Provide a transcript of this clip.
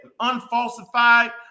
unfalsified